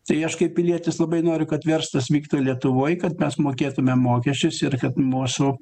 tai aš kaip pilietis labai noriu kad verslas vyktų lietuvoj kad mes mokėtumėm mokesčius ir kad mūsų